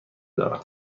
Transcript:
دارم